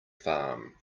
farm